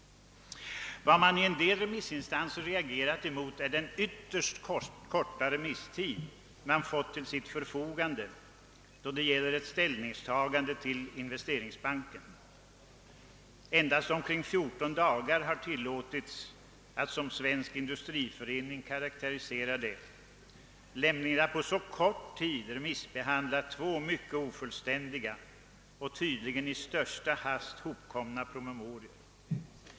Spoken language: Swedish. Vad man i en del remissinstanser reagerat emot är den ytterst korta remisstid man fått till förfogande då det gällt ett ställningstagande till investeringsbanken. Endast 14 dagar har tillåtits för att, som Svensk industriförening karakteriserar det, på så kort tid remissbehandla två mycket ofullständiga och tydligen i största hast hopkomna promemorior.